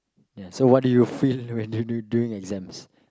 ya so what do you feel during exams